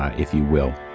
ah if you will.